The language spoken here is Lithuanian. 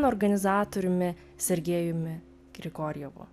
organizatoriumi sergejumi grigorjevu